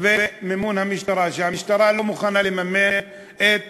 ומימון המשטרה, שהמשטרה לא מוכנה לממן את